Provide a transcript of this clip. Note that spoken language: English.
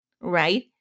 Right